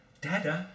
Dada